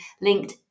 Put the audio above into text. linked